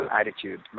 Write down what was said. attitude